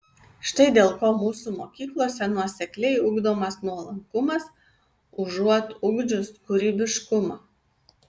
štai dėl ko mūsų mokyklose nuosekliai ugdomas nuolankumas užuot ugdžius kūrybiškumą